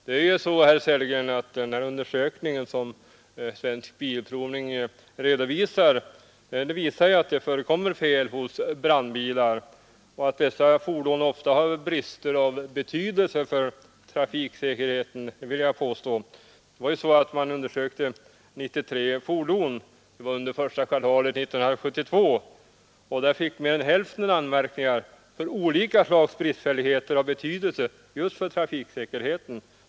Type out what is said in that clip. Det är ju så, herr Sellgren, att den undersökning som Svensk bilprovning gjort visar att det förekommer fel hos brandbilar. Jag vill påstå att dessa fordon ofta har brister av betydelse för trafiksäkerheten. Man undersökte 93 fordon under det första kvartalet 1972. Därav fick mer än hälften anmärkningar för olika slags bristfälligheter av betydelse för trafiksäkerheten.